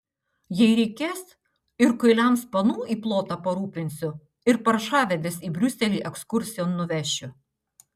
jei reikės ir kuiliams panų į plotą parūpinsiu ir paršavedes į briuselį ekskursijon nuvešiu